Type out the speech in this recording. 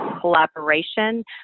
collaboration